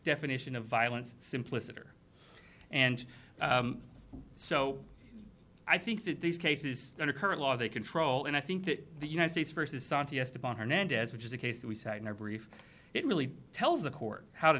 definition of violence simpliciter and so i think that these cases under current law they control and i think that the united states versus sonti esteban hernandez which is a case we cite in our brief it really tells the court how to